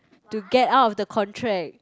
to get out of the contract